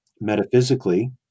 metaphysically